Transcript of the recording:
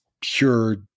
pure